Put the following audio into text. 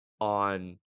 on